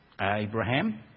Abraham